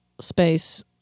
space